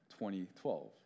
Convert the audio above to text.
2012